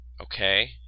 Okay